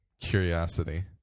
curiosity